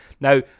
Now